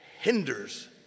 hinders